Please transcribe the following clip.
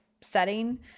setting